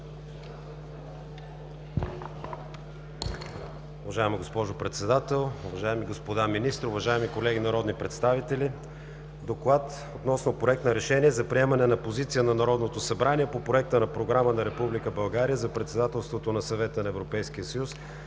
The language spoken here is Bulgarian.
Уважаема госпожо Председател, уважаеми господа министри, уважаеми колеги народни представители! „ДОКЛАД относно Проект на Решение за приемане на Позиция на Народното събрание по проекта на Програма на Република България за Председателството на Съвета на Европейския съюз,